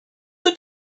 the